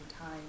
time